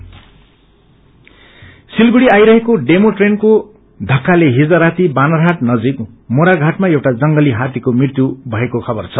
तकर किल्ड सिलीगुझी आइरहेको डेमो ट्रेनको पक्काले डिज राती बानरहाट नजिक मोराषाटमा एउटा जंगली हातीको मृत्यु भएको खबर छ